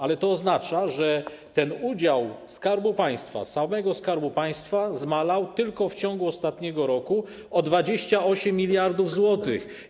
Ale to oznacza, że ten udział Skarbu Państwa, samego Skarbu Państwa, zmalał tylko w ciągu ostatniego roku o 28 mld zł.